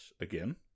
again